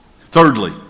Thirdly